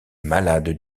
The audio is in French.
malade